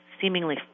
seemingly